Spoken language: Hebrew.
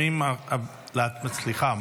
מהמציעים,